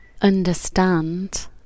understand